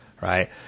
Right